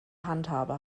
handhabe